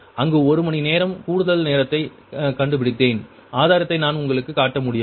அங்கு ஒரு மணி நேரம் கூடுதல் நேரத்தைக் கண்டுபிடித்தேன் ஆதாரத்தை நான் உங்களுக்குக் காட்ட முடியாது